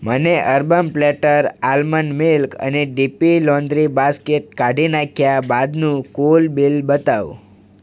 મને urban platter almond milk અને DP laundry basket કાઢી નાંખ્યા બાદનું કુલ બિલ બતાવો